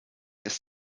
ist